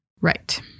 right